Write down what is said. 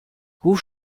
ruf